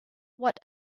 what